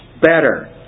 better